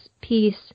peace